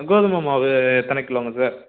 கோதுமை மாவு எத்தனை கிலோங்க சார்